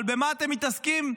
אבל במה אתם מתעסקים?